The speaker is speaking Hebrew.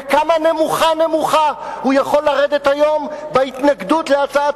וכמה נמוכה-נמוכה הוא יכול לרדת היום בהתנגדות להצעת